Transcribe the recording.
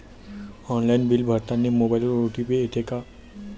Online bill भरतानी मोबाईलवर OTP येते का?